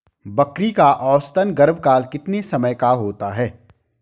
बकरी का औसतन गर्भकाल कितने समय का होता है?